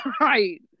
Right